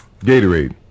Gatorade